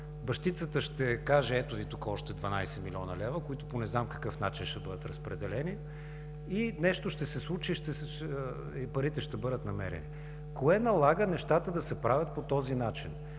бащицата ще каже: „Ето Ви тук още 12 млн. лв.“, които по не знам какъв начин ще бъдат разпределени, нещо ще се случи и парите ще бъдат намерени. Кое налага нещата да се правят по този начин?